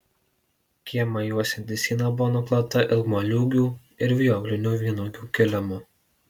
kiemą juosianti siena buvo nuklota ilgmoliūgių ir vijoklinių vynuogių kilimu